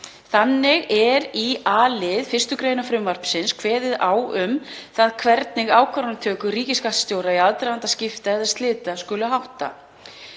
Þannig er í a-lið 1. gr. frumvarpsins kveðið á um það hvernig ákvarðanatöku ríkisskattstjóra í aðdraganda skipta eða slita skuli háttað.